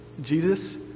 Jesus